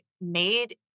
made